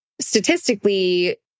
statistically